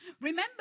Remember